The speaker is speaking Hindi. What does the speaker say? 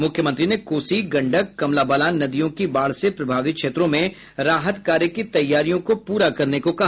मुख्यमंत्री ने कोसी गंडक कमला बलान नदियों की बाढ़ से प्रभावित क्षेत्रों में राहत कार्य की तैयारियों को पूरा करने को कहा